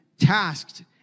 tasked